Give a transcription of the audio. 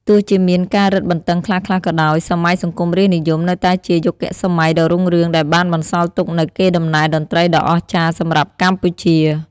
ទោះជាមានការរឹតបន្តឹងខ្លះៗក៏ដោយ សម័យសង្គមរាស្ត្រនិយមនៅតែជាយុគសម័យដ៏រុងរឿងដែលបានបន្សល់ទុកនូវកេរដំណែលតន្ត្រីដ៏អស្ចារ្យសម្រាប់កម្ពុជា។